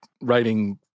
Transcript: writing